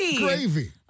Gravy